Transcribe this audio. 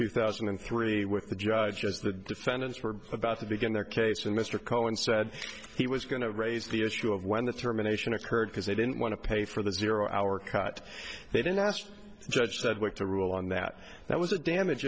two thousand and three with the judge as the defendants were about to begin their case and mr cohen said he was going to raise the issue of when the termination occurred because they didn't want to pay for the zero hour cut they did last judge said work to rule on that that was a damage